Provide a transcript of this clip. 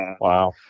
wow